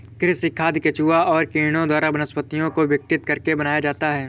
कृमि खाद केंचुआ और कीड़ों द्वारा वनस्पतियों को विघटित करके बनाया जाता है